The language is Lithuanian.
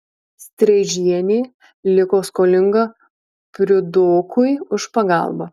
streižienė liko skolinga priudokui už pagalbą